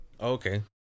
Okay